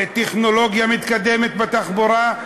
לטכנולוגיה מתקדמת בתחבורה.